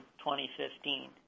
2015